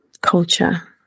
culture